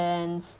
offence